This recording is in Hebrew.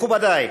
מכובדי,